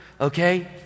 okay